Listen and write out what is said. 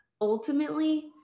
Ultimately